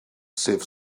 sef